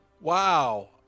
wow